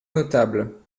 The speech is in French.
notable